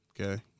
Okay